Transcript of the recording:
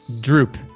Droop